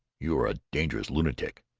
you are a dangerous lunatic.